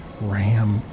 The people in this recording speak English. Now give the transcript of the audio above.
ram